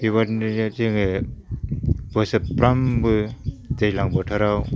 बेबायदिनो जोङो बोसोरफ्रामबो दैलां बोथोराव